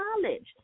knowledge